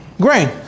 grain